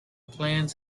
plans